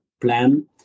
plan